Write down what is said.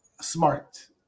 smart